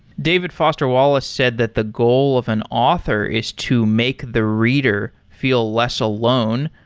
david foster wallace said that the goal of an author is to make the reader feel less alone.